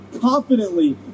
confidently